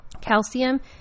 Calcium